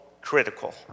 critical